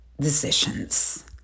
decisions